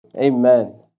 Amen